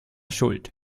schuld